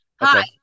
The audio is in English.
Hi